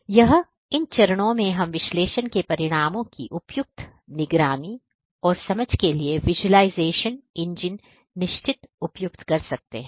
तो यह इन चरणों में हम विश्लेषण के परिणामों की उपयुक्त निगरानी और समझ के लिए विज़ुअलाइज़ेशन इंजन निश्चित उपयुक्त कर सकते हैं